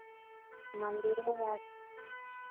मन्दिरो आर